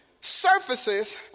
surfaces